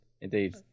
Indeed